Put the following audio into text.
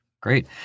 Great